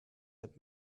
that